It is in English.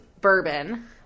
bourbon